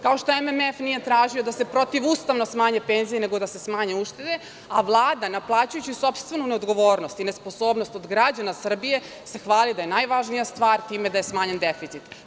Kao što MMF nije tražio da se protivustavno smanje penzije, nego da se smanje uštede, a Vlada naplaćujući sopstvenu neodgovornost i nesposobnost od građana Srbije, se hvali da je najvažnija stvar time da je smanjen deficit.